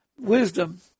wisdom